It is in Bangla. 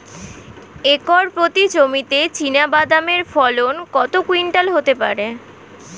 একর প্রতি জমিতে চীনাবাদাম এর ফলন কত কুইন্টাল হতে পারে?